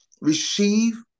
Receive